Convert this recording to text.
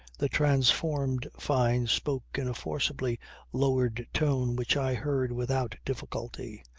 the transformed fyne spoke in a forcibly lowered tone which i heard without difficulty.